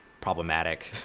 problematic